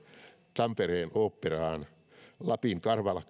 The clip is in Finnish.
tampereen oopperaan lapin